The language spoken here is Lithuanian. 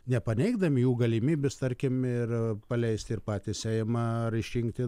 nepaneigdami jų galimybės tarkim ir paleisti ir patį seimą ar išrinkti